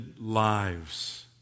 lives